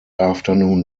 afternoon